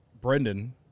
Brendan –